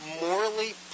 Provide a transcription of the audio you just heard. morally